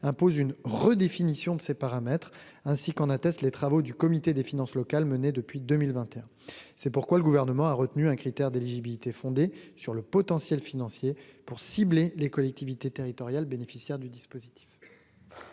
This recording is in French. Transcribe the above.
impose une redéfinition de ces paramètres, ainsi qu'en attestent les travaux du comité des finances locales menées depuis 2021, c'est pourquoi le gouvernement a retenu un critère d'éligibilité sur le potentiel financier pour cibler les collectivités territoriales, bénéficiaires du dispositif.